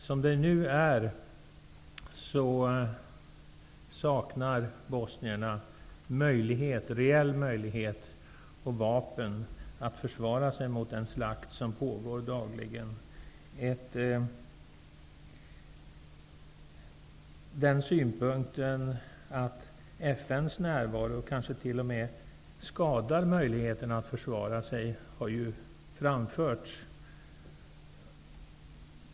Som det nu är saknar bosnierna reell möjlighet och vapen att försvara sig med mot den slakt som pågår dagligen. Det har framförts att FN:s närvaro kanske t.o.m. skadar möjligheterna att försvara sig.